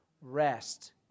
rest